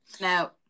No